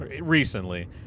recently